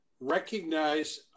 recognize